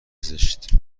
زشت